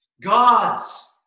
God's